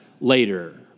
later